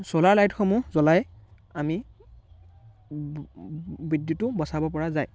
চ'লাৰ লাইটসমূহ জ্বলাই আমি বিদ্যুতো বচাব পৰা যায়